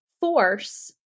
force